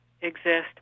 exist